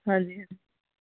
ਹਾਂਜੀ ਹਾਂਜੀ